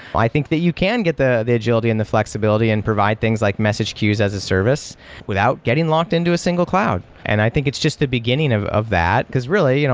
i think that you can get the the agility and the flexibility and provide things like message queues as a service without getting locked into a single cloud, cloud, and i think it's just the beginning of of that. because, really, you know